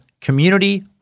community